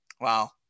Wow